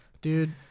Dude